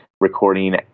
recording